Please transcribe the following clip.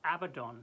abaddon